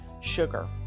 sugar